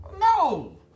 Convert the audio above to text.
No